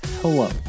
Hello